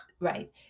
Right